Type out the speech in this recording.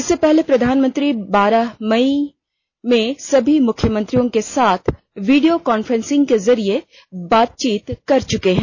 इससे पहले प्रधानमंत्री बारह मई भी सभी मुख्यमंत्रियों के साथ वीडियो कॉन्फ्रेंस के जरिए बातचीत कर चुके हैं